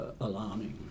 alarming